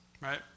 Right